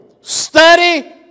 Study